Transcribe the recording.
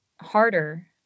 harder